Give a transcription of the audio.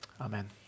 amen